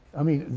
i mean,